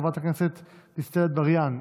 חברת הכנסת דיסטל אטבריאן,